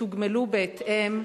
יתוגמלו בהתאם.